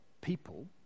people